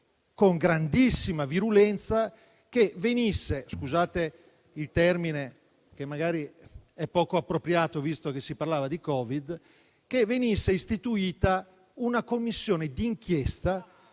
con grandissima virulenza che venisse - scusate il termine che magari è poco appropriato, visto che si parlava di Covid - che venisse istituita una commissione d'inchiesta